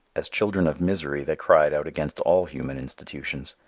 as children of misery they cried out against all human institutions.